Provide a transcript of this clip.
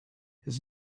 his